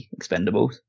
Expendables